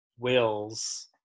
wills